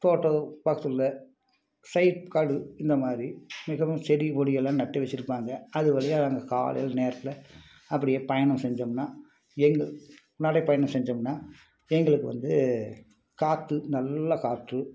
தோட்டம் பக்கத்தில் உள்ள சைட் காடு இந்த மாதிரி மிகவும் செடி கொடிகளெலாம் நட்டு வச்சுருப்பாங்க அது வழியா நாங்கள் காலையில் நேரத்தில் அப்படியே பயணம் செஞ்சோம்னால் எங்கள் நடை பயணம் செஞ்சோம்னால் எங்களுக்கு வந்து காற்று நல்ல காற்று